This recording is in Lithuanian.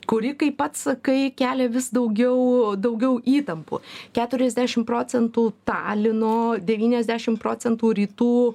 kuri kaip pats sakai kelia vis daugiau daugiau įtampų keturiasdešim procentų talino devyniasdešim procentų rytų